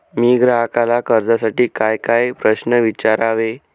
मी ग्राहकाला कर्जासाठी कायकाय प्रश्न विचारावे?